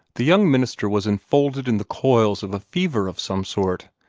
the young minister was enfolded in the coils of a fever of some sort,